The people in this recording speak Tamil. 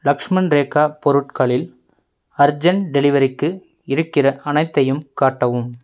லக்ஷ்மன் ரேகா பொருட்களில் அர்ஜெண்ட் டெலிவரிக்கு இருக்கிற அனைத்தையும் காட்டவும்